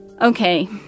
Okay